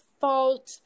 fault